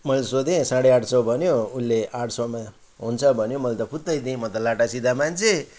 मैले सोधेँ साँढे आठ सौ भन्यो उसले आठ सौमा हुन्छ भन्यो मैले त फुत्तै दिएँ म त लाटा सिधा मान्छे